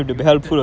united